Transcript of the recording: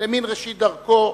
למן ראשית דרכו